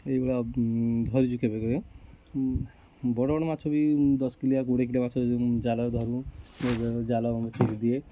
ସେଇ ଭଳିଆ ଧରିଛୁ କେବେ କେବେ ବଡ଼ ବଡ଼ ମାଛ ବି ଦଶ କିଲିଆ କୁଡ଼ିଏ କିଲିଆ ମାଛ ଜାଲରେ ଧରୁ ସେ ଜାଲ ଚିରିଦିଏ